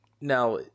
Now